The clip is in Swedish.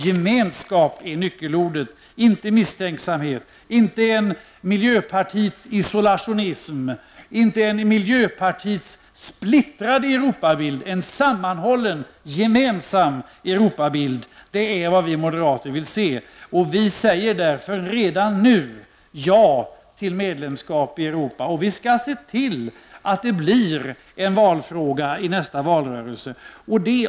Gemenskap är nyckelordet, inte misstänksamhet, inte miljöpartiets isolationism, inte miljöpartiets splittrade Europabild, utan en sammanhållen, gemensam Europabild -- det är vad vi moderater vill se. Vi säger därför redan nu ja till medlemskap i Europa. Vi skall också se till att det blir en valfråga i nästa valrörelse.